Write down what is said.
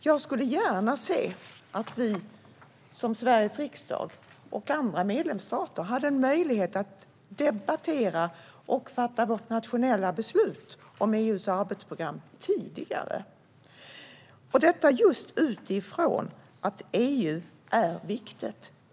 Jag skulle gärna se att Sveriges riksdag och andra medlemsstater hade en möjlighet att debattera och fatta rationella beslut om EU:s arbetsprogram tidigare just utifrån att EU är viktigt.